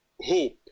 hope